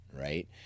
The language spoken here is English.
right